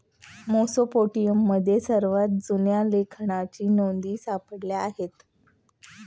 मेसोपोटेमियामध्ये सर्वात जुन्या लेखांकनाच्या नोंदी सापडल्या आहेत